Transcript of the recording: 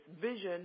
vision